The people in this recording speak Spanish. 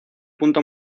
punto